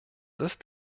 ist